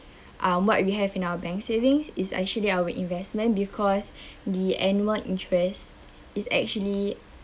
um what we have in our bank savings is actually our investment because the annual interest is actually